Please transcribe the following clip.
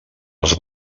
els